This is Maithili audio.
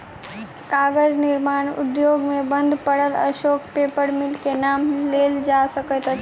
कागज निर्माण उद्योग मे बंद पड़ल अशोक पेपर मिल के नाम लेल जा सकैत अछि